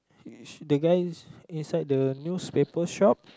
uh the guys inside the newspaper shop